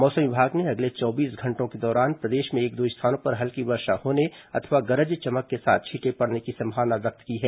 मौसम विभाग ने अगले चौबीस घंटों के दौरान प्रदेश में एक दो स्थानों पर हल्की वर्षा होने अथवा गरज चमक के साथ छींटे पड़ने की संभावना व्यक्त की है